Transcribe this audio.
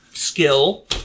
skill